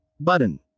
button